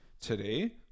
Today